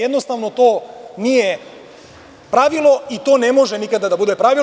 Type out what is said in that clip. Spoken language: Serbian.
Jednostavno to nije pravilo i to ne može nikada da bude pravilo.